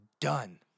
done